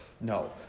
No